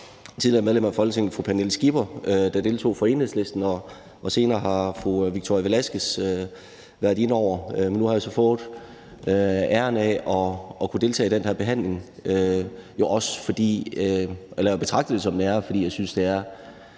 tidligere medlem af Folketinget fru Pernille Skipper, der deltog fra Enhedslistens side, og senere har fru Victoria Velasquez været inde over det. Men nu har jeg så fået æren af at kunne deltage i den her behandling, og jeg betragter det også som en ære, fordi jeg synes, det er